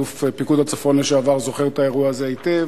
אלוף פיקוד הצפון לשעבר זוכר את האירוע הזה היטב,